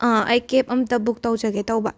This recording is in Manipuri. ꯑꯩ ꯀꯦꯞ ꯑꯃꯇ ꯕꯨꯛ ꯇꯧꯖꯒꯦ ꯇꯧꯕ